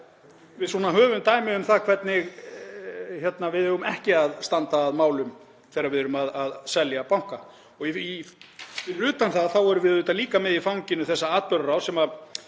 Við höfum dæmi um það hvernig við eigum ekki að standa að málum þegar við erum að selja banka. Fyrir utan það þá erum við auðvitað líka með í fanginu þessa atburðarás sem varð